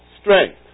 strength